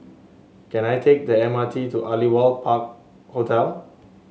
can I take the M R T to Aliwal Park Hotel